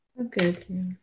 Okay